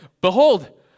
behold